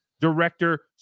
director